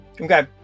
Okay